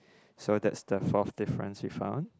so that's the fourth difference we found